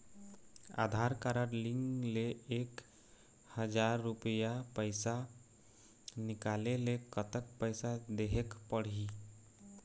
आधार card link ले एक हजार रुपया पैसा निकाले ले कतक पैसा देहेक पड़ही?